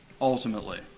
ultimately